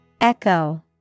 Echo